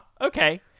Okay